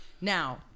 Now